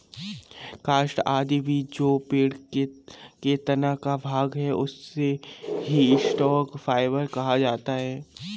काष्ठ आदि भी जो पेड़ के तना का भाग है, उसे भी स्टॉक फाइवर कहा जाता है